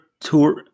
tour